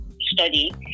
study